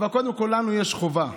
אבל קודם כול לנו יש חובה,